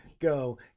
go